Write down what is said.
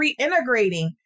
reintegrating